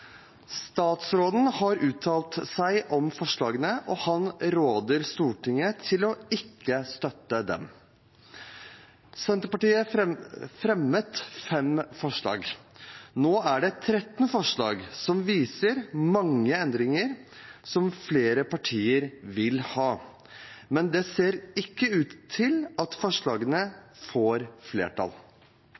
Statsråden har uttalt seg om forslagene, og han råder Stortinget til ikke å støtte dem. Senterpartiet fremmet fem forslag. Nå er det tretten forslag som viser mange endringer som flere partier vil ha, men det ser ikke ut til at forslagene får flertall.